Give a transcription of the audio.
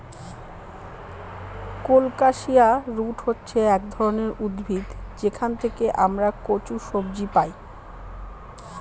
colocasia root হচ্ছে এক ধরনের উদ্ভিদ যেখান থেকে আমরা কচু সবজি পাই